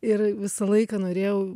ir visą laiką norėjau